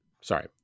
Sorry